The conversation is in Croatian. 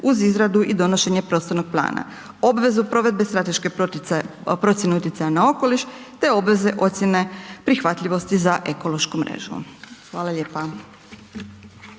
uz izradu i donošenje prostornog plana, obvezu provedbe strateške procjene utjecaja na okoliš te obveze ocjene prihvatljivosti za ekološku mrežu, hvala lijepa.